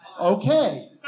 Okay